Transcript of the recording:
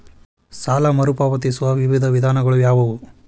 ಸಾಲ ಮರುಪಾವತಿಯ ವಿವಿಧ ವಿಧಾನಗಳು ಯಾವುವು?